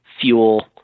fuel